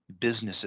businesses